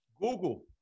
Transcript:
Google